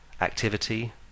activity